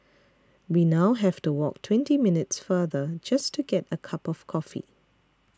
we now have to walk twenty minutes farther just to get a cup of coffee